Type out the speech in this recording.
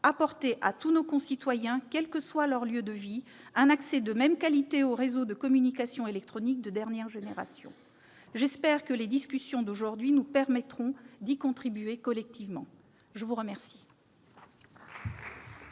apporter à tous nos concitoyens, quel que soit leur lieu de vie, un accès de même qualité aux réseaux de communications électroniques de dernière génération. J'espère que les discussions d'aujourd'hui nous permettront d'y contribuer collectivement. La parole